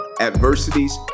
adversities